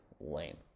lame